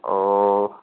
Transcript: ओ